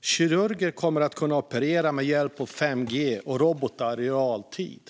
Kirurger kommer att kunna operera med hjälp av 5G och robotar i realtid.